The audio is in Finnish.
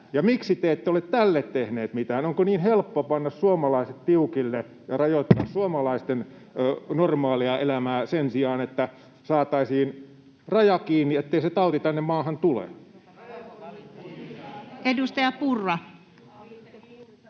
Miksi te ette ole tälle tehneet mitään? Onko niin helppo panna suomalaiset tiukille ja rajoittaa suomalaisten normaalia elämää sen sijaan, että saataisiin raja kiinni, ettei se tauti tänne maahan tule? [Aki